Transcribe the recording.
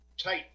tight